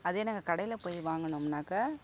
அதே நாங்கள் கடையில போய் வாங்கினோம்னாக்க